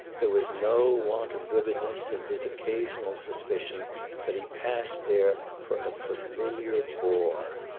there was no want of vividness in his occasional suspicion that he passed there for a familiar bore.